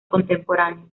contemporáneo